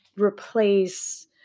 replace